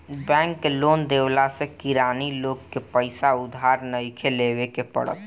bank के loan देवला से किरानी लोग के पईसा उधार नइखे लेवे के पड़त